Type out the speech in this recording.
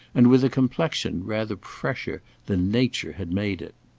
and with a complexion rather fresher than nature had made it.